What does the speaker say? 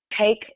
take